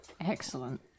Excellent